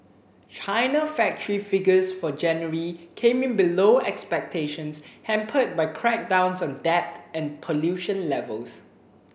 china factory figures for January came in below expectations hampered by crackdowns on debt and pollution levels